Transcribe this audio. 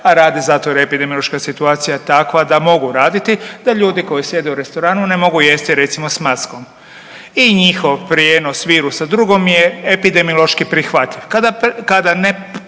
a rade zato jer epidemiološka situacija je takva da mogu raditi da ljudi koji sjede u restoranu ne mogu jesti recimo s maskom. I njihov prijenos virusa drugo mi je epidemiološki prihvatljiv.